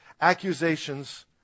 accusations